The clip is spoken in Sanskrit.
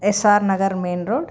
एस् आर् नगरं मेन् रोड्